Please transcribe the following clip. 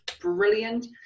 brilliant